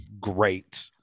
great